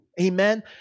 Amen